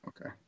Okay